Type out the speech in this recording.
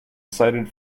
cited